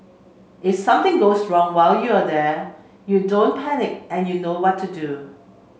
if something goes wrong while you're there you don't panic and you know what to do